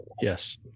Yes